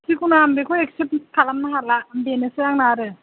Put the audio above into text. जिखुनु आं बेखौ एक्सेप्त खालामनो हाला बेनोसै आंना आरो